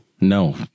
no